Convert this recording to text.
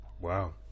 Wow